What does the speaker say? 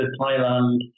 Thailand